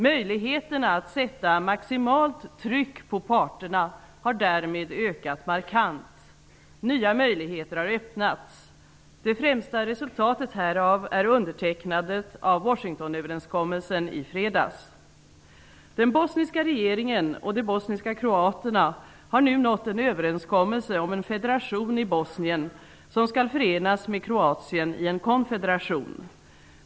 Möjligheterna att sätta maximalt tryck på parterna har därmed ökat markant. Nya möjligheter har öppnats. Det främsta resultatet härav är undertecknandet av Den bosniska regeringen och de bosniska kroaterna har nu nått en överenskommelse om en federation i Bosnien som skall förenas med Kroatien i en konfederation.